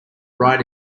ride